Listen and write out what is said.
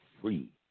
free